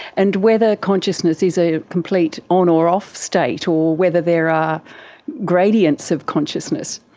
and whether consciousness is a complete on or off state or whether there are gradients of consciousness.